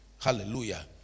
Hallelujah